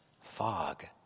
fog